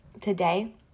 today